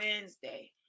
Wednesday